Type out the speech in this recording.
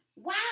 wow